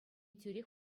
тӳрех